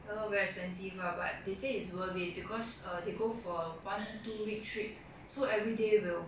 ya lor very expensive lah but they say it's worth it because err they go for one two week trip so everyday will